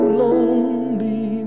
lonely